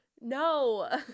No